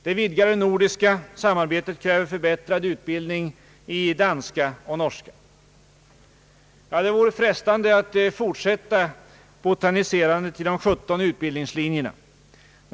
Det vidgade nordiska samarbetet kräver förbättrad utbildning i danska och norska. Det vore frestande att fortsätta botaniserandet i de sjutton utbildningslinjerna.